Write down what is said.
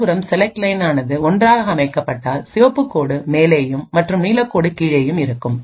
மறுபுறம் select line ஆனது ஒன்றாக அமைக்கப்பட்டால் சிவப்பு கோடு மேலேயும் மற்றும் நீல கோடு கீழேயும் இருக்கும்